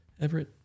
Everett